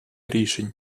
рішень